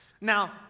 Now